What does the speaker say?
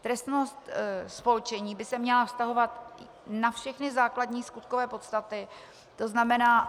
Trestnost spolčení by se měla vztahovat na všechny základní skutkové podstaty, to znamená